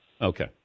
Okay